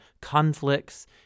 conflicts